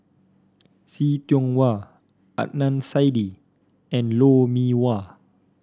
See Tiong Wah Adnan Saidi and Lou Mee Wah